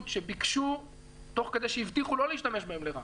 שביקשו תוך כדי שהבטיחו לא להשתמש בהם לרעה.